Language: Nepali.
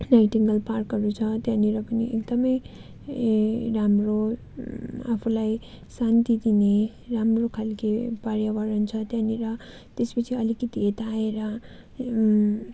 नाइटेङ्गल पार्कहरू छ त्यहाँनेर पनि एकदमै ए राम्रो आफूलाई शान्ति दिने राम्रो खालके पर्यावरण छ त्यहाँनिर त्यस पछि अलिकति यता आएर